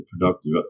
productive